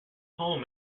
poem